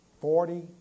Forty